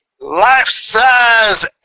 life-size